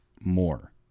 more